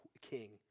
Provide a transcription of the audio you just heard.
king